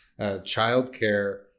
childcare